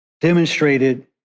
demonstrated